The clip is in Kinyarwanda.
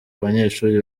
banyeshuri